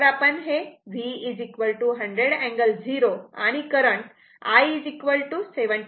जर आपण V 100 angle 0 आणि करंट I 77